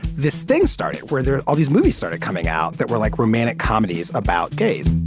this thing started where there all these movies started coming out that were, like, romantic comedies about gays.